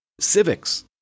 civics